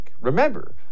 Remember